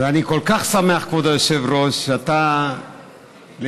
ואני כל כך שמח, כבוד היושב-ראש, שאתה לידי,